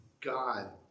God